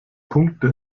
punkte